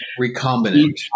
Recombinant